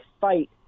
fight